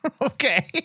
Okay